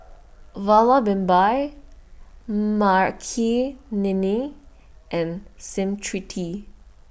Vallabhbhai Makineni and Smriti